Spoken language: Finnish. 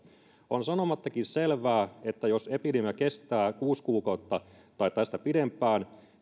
on sanomattakin selvää että jos epidemia kestää kuusi kuukautta tai tätä pidempään